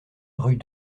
rue